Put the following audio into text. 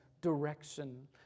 direction